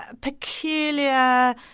peculiar